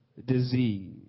disease